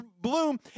bloom